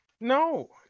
No